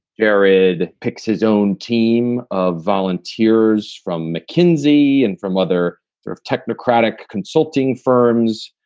jared picks his own team of volunteers from mckinsey and from other sort of technocratic consulting firms.